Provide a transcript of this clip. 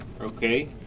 okay